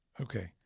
Okay